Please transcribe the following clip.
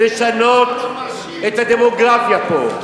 לשנות את הדמוגרפיה פה.